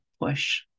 push